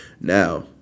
Now